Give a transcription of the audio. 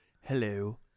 hello